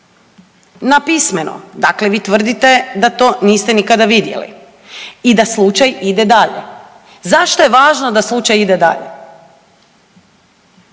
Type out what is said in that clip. napismeno. Dakle, vi tvrdite da to niste nikada vidjeli i da slučaj ide dalje. Zašto je važno da slučaj ide dalje?